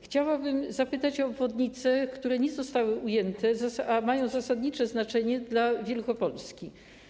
Chciałabym zapytać o obwodnice, które nie zostały ujęte w programie, a mają zasadnicze znaczenie dla Wielkopolski.